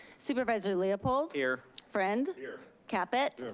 supervisor leopold? here. friend? here. caput?